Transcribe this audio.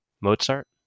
Mozart